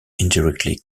indirectly